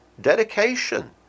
dedication